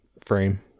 frame